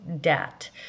debt